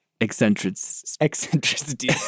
eccentricity